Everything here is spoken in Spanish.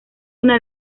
una